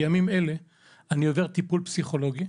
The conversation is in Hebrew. בימים אלה אני עובר טיפול פסיכולוגי,